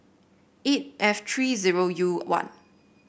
eight F three zero U one